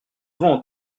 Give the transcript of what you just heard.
souvent